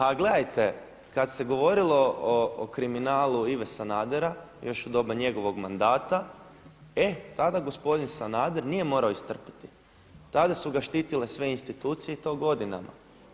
Ha gledajte, kada se govorilo o kriminalu Ive Sanadera, još u doba njegovog mandata e tada gospodin Sanader nije morao istrpiti, tada su ga štitile sve institucije i to godinama.